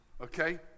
Okay